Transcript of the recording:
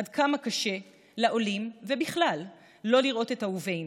עד כמה קשה לעולים ובכלל שלא לראות את אהובינו.